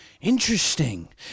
Interesting